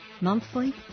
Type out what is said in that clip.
Monthly